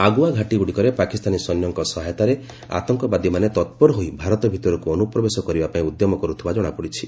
ଆଗୁଆ ଘାଟିଗୁଡ଼ିକରେ ପାକିସ୍ତାନୀ ସୈନ୍ୟଙ୍କ ସହାୟତାରେ ଆତଙ୍କବାଦୀମାନେ ତତ୍ପର ହୋଇ ଭାରତ ଭିତରକୁ ଅନୁପ୍ରବେଶ କରିବା ପାଇଁ ଉଦ୍ୟମ କରୁଥିବା ଜଣାପଡ଼ିଛି